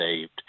saved